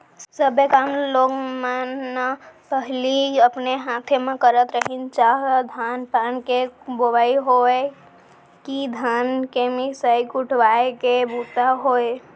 सब्बे काम ल लोग मन न पहिली अपने हाथे म करत रहिन चाह धान पान के बोवई होवय कि धान के मिसाय कुटवाय के बूता होय